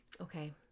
okay